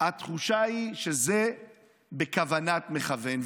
התחושה היא שזה בכוונת מכוון.